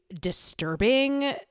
disturbing